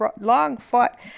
long-fought